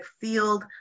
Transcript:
field